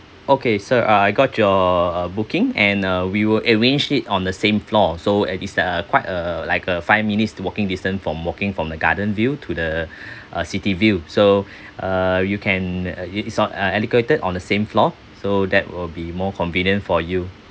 okay sir uh I got your booking and uh we will arrange it on the same floor so it is uh quite a like a five minutes walking distance from walking from the garden view to the uh city view so uh you can uh it's on uh located on the same floor so that will be more convenient for you